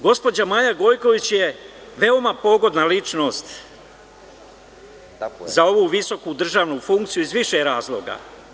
Gospođa Maja Gojković je veoma pogodna ličnost za ovu visoku državnu funkciju iz više razloga.